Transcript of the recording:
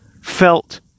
felt